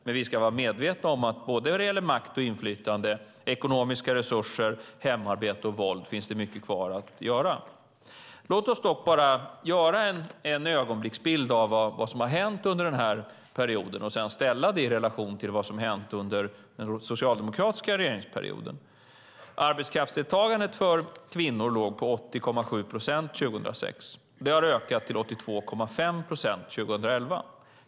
Men vi ska vara medvetna om att när det gäller makt och inflytande, ekonomiska resurser, hemarbete och våld finns det mycket kvar att göra. Låt oss dock bara göra en ögonblicksbild av vad som har hänt under denna period och sedan ställa det i relation till vad som har hänt under den socialdemokratiska regeringsperioden. Arbetskraftsdeltagandet för kvinnor låg på 80,7 procent 2006. Det har ökat till 82,5 procent 2011.